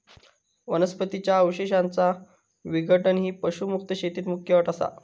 वनस्पतीं च्या अवशेषांचा विघटन ही पशुमुक्त शेतीत मुख्य अट असा